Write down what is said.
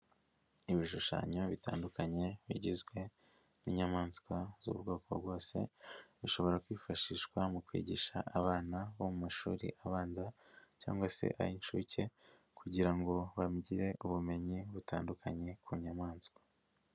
Ibishushanyo bitandukanye bigizwe n'inyamaswa z'ubwoko bwose zishobora kwifashishwa mu kwigisha abana bo mu mashuri abanza cyangwa se ay'inshuke kugira ngo bagire ubumenyi butandukanye ku nyamaswa.